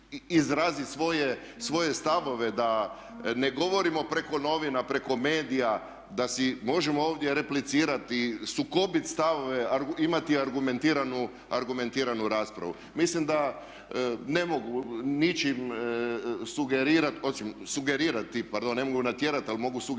izrazi svoje stavove, da ne govorimo preko novina, preko medija, da si možemo ovdje replicirati, sukobiti stavove, imati argumentiranu raspravu. Mislim da ne mogu ničim sugerirati, osim sugerirati, pardon ne mogu natjerati ali mogu sugerirati